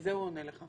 לזה הוא עונה לך.